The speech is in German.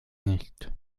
nicht